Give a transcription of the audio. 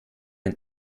ein